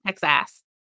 Texas